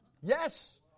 Yes